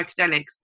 psychedelics